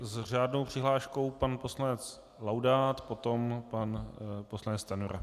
S řádnou přihláškou pan poslanec Laudát, potom pan poslanec Stanjura.